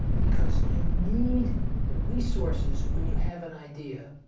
because you need the resources when you have an idea.